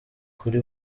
kuri